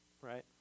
right